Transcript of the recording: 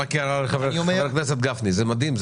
הערה לחבר הכנסת גפני: זה מדהים,